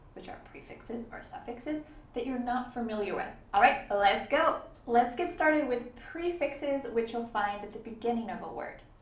which are prefixes or suffixes that you're not familiar with. all right, let's go. let's get started with prefixes, which you'll find at the beginning of a word.